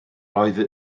oedd